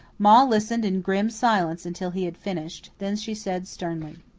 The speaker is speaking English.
ma listened in grim silence until he had finished. then she said sternly